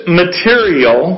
material